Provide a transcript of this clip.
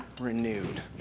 renewed